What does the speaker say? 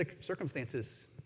circumstances